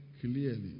clearly